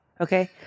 Okay